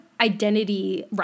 identity